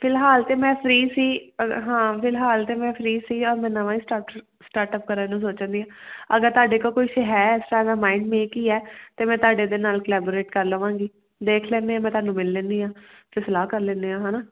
ਫਿਲਹਾਲ ਤਾਂ ਮੈਂ ਫਰੀ ਸੀ ਹਾਂ ਫਿਲਹਾਲ ਤਾਂ ਮੈਂ ਫਰੀ ਸੀ ਅ ਮੈਂ ਨਵਾਂ ਹੀ ਸਟਾਟਰ ਸਟਾਰਟ ਅਪ ਕਰਨ ਨੂੰ ਸੋਚਣ ਡਈ ਅਗਰ ਤੁਹਾਡੇ ਕੋਲ ਕੁਛ ਹੈ ਐਸਾ ਮੈਂ ਮਾਇੰਡ ਮੇਕ ਹੀ ਹੈ ਅਤੇ ਮੈਂ ਤੁਹਾਡੇ ਦੇ ਨਾਲ ਕਲੈਬਰੇਟ ਕਰ ਲਵਾਂਗੀ ਦੇਖ ਲੈਂਦੇ ਹਾਂ ਮੈਂ ਤੁਹਾਨੂੰ ਮਿਲ ਲੈਂਦੀ ਹਾਂ ਅਤੇ ਸਲਾਹ ਕਰ ਲੈਂਦੇ ਹਾਂ ਹੈ ਨਾ